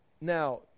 now